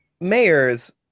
mayors